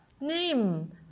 name